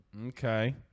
Okay